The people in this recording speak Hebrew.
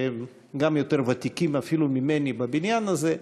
שגם יותר ותיקים אפילו ממני בבניין הזה,